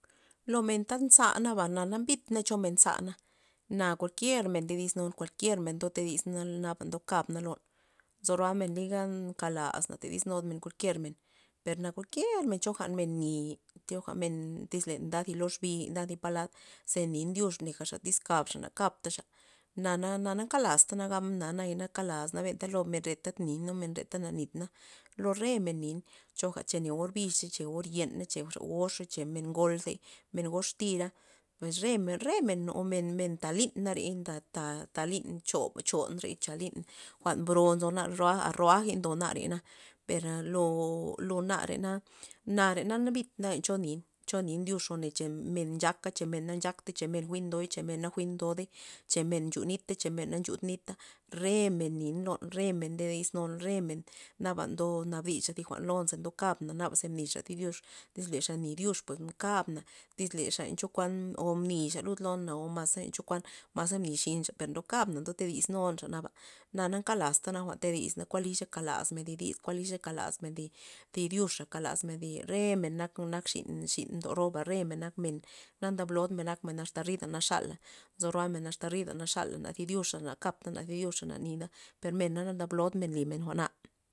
Lo men ta nzanaba na mbitna cho men nzana, na kualkier men ndo disnun kualkier men ndoto disna naba ndokabna lon nzo roamen liga nkalaz na todisnu kualkier men per na kualkier choja men ni' choja men tyz len ndan thi lo xbi nda thi palad ze nin ndyux negaxa tyz capxa na captaxa nana nkalastana gabna na kalasna lo men renta nin lo men rena na nitna lo re men nin choga o ne orbix cha or yena cha men goxa cha or ngol cha re men gox tira pues re- remen men talin re nda- nda lin chore lyn jwa'n bro nzona a roajey ndona per lo- lo na re na nare na mbit cho ni chonin dyux gone cho men men nchaka men na nchaktey men jwi'n ndo na cha men na njwi'n ndoy chamen nchu nita cha men na nchud nita re men nin lon re men ndodis nun re men naba ndo nabdis lon ze kabna naba ze mnixa thi dyux tyz lexa mni dyux kaba tyz len chokuan o mnixa lud lon na maze len chokuan nxinxa per ndokabana ndotodis nunxa na na nakalazta jwa'n ndodisna kuan liy ze kalazmen ty dis kuan nly ze kalazmen thi dyuxa re mena nak xin- xin mdo roba re men nak men na ndab lod men akmen rida naxala nzo roamen asta rida naxal a na thi dyux na kapta ni thi dyuxa na per mena na ndablod li men jwa'na.